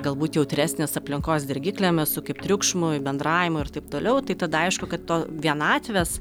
galbūt jautresnis aplinkos dirgikliam esu kaip triukšmui bendravimui ir taip toliau tai tada aišku kad to vienatvės